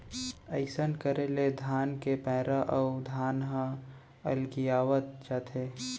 अइसन करे ले धान के पैरा अउ धान ह अलगियावत जाथे